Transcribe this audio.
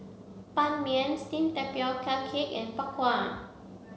Ban Mian Steamed Tapioca Cake and Bak Kwa